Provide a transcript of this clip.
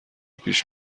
پیش